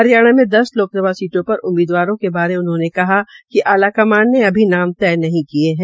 हरियाणा में दस लोकसभा सीटों र उममीदवारों को बारे उन्होंने कहा कि आलाकमान ने अभी तय नहीं किये है